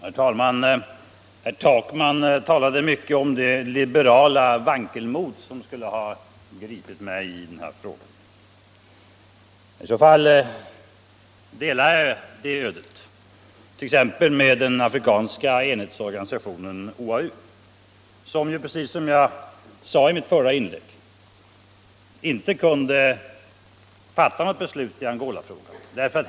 Herr talman! Herr Takman talade mycket om det liberala vankelmod som skulle ha gripit mig i den här frågan. I så fall delar jag det ödet med t.ex. den afrikanska enhetsorganisationen OAU som, precis som jag sade i mitt förra inlägg, inte kunde fatta något beslut i Ango!sfrågan.